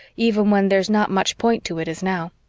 even when there's not much point to it, as now.